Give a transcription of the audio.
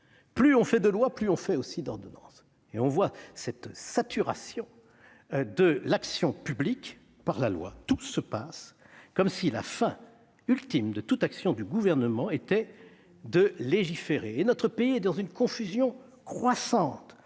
plus on fait de lois, plus on fait aussi d'ordonnances. Nous assistons donc à une saturation de l'action publique par la loi ; tout se passe comme si la fin ultime de toute action du Gouvernement était de légiférer. Notre pays est dans une confusion croissante.